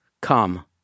come